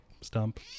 stump